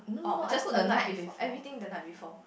oh just a night before every thing the night before